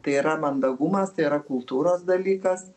tai yra mandagumas tai yra kultūros dalykas